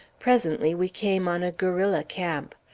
presently we came on a guerrilla camp.